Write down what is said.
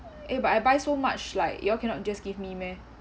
eh but I buy so much like you all cannot just give me meh